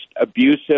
abusive